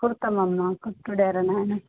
కుడతాం అమ్మ కుట్టుడే రా నాయన